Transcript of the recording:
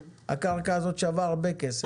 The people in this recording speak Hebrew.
הקרקע הזאת שווה הרבה כסף.